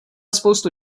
spoustu